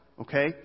okay